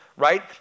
right